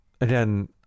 again